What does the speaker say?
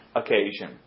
occasion